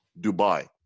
dubai